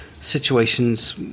situations